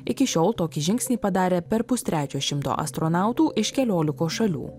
iki šiol tokį žingsnį padarė per pustrečio šimto astronautų iš keliolikos šalių